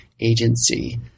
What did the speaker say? agency